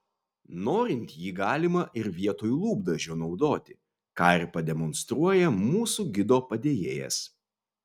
norint jį galima ir vietoj lūpdažio naudoti ką ir pademonstruoja mūsų gido padėjėjas